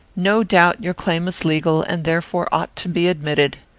no doubt your claim is legal, and therefore ought to be admitted.